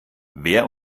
wer